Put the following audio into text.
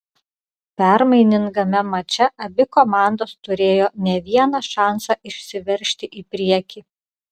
permainingame mače abi komandos turėjo ne vieną šansą išsiveržti į priekį